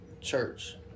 Church